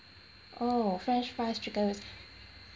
oh french fries chicken wings